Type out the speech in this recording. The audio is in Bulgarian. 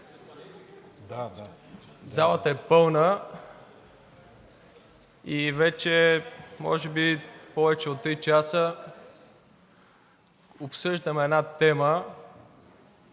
Залата е пълна и вече може би повече от три часа обсъждаме тема,